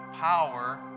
power